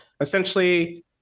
essentially